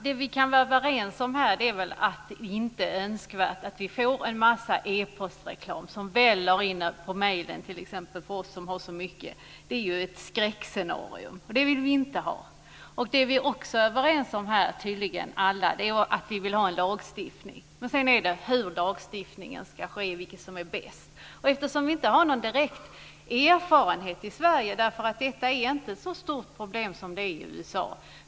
Det vi kan vara överens om är att det inte är önskvärt att vi får en massa e-postreklam som väller in till oss som har så mycket. Det är ett skräckscenarium. Det vill vi inte ha. Det vi också är överens om är att vi vill ha en lagstiftning. Sedan är frågan hur lagstiftningen ska ske, vilket som är bäst. Vi har inte någon direkt erfarenhet i Sverige. Detta är inte ett så stort problem som det är i USA.